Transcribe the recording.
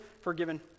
forgiven